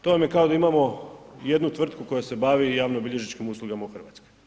To vam je kao da imamo jednu tvrtku koja se bavi javnobilježničkim uslugama u Hrvatskoj.